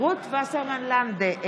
רות וסרמן לנדה,